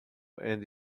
and